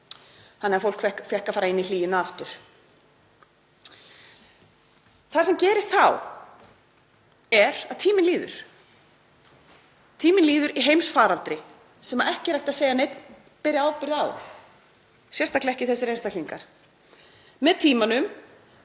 þannig að fólk fékk að fara inn í hlýjuna aftur. Það sem gerist þá er að tíminn líður. Tíminn líður í heimsfaraldri sem ekki er hægt að segja að neinn beri ábyrgð á, sérstaklega ekki þessir einstaklingar. Með tímanum